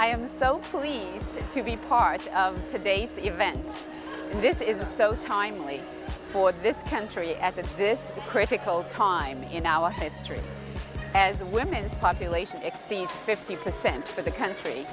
am so pleased to be part of today's event this is so timely for this country at that this critical time in our history as women's population exceed fifty percent for the country